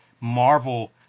Marvel